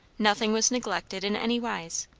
nothing was neglected in any wise,